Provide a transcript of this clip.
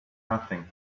nothing